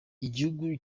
igihugu